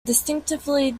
distinctly